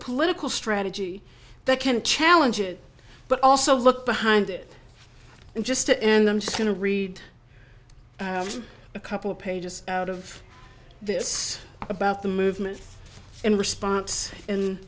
political strategy that can challenge it but also look behind it and just and i'm just going to read a couple of pages out of this about the movement and response